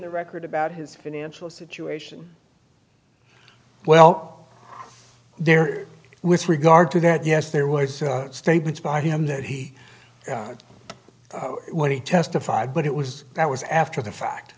the record about his financial situation well there with regard to that yes there were statements by him that he when he testified but it was that was after the fact